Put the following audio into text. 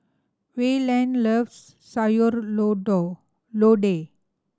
Wayland loves sayur lodeh